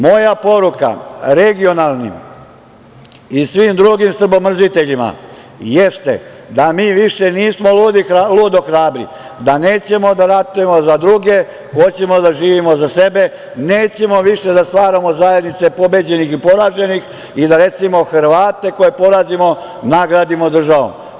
Moja poruka regionalnim i svim drugim Srbo mrziteljima jeste da mi više nismo ludo hrabri, da nećemo da ratujemo za druge, hoćemo da živimo za sebe, nećemo više da stvaramo zajednice pobeđenih i poraženih i da recimo Hrvate koje porazimo nagradimo državom.